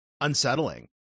unsettling